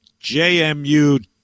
JMU